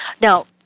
Now